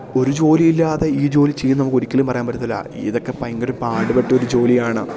ഒരു ജോലിയില്ലാതെ ഈ ജോലി ചെയ്യും എന്നു നമുക്ക് ഒരിക്കലും പറയാൻ പറ്റത്തില്ല ഇതൊക്കെ ഭയങ്കര പാടുപെട്ടൊരു ജോലിയാണ്